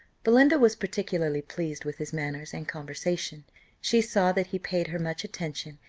belinda was particularly pleased with his manners and conversation she saw that he paid her much attention,